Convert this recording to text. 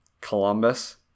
Columbus